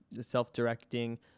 self-directing